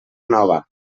nova